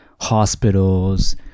hospitals